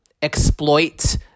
exploit